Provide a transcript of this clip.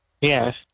Yes